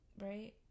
right